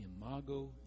imago